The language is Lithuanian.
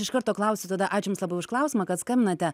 iš karto klausiu tada aš jums labai užklausimą kad skambinate